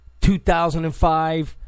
2005